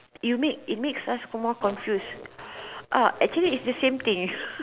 you make it makes us more confused uh actually it's the same thing